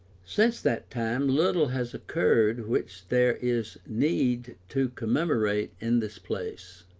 since that time little has occurred which there is need to commemorate in this place.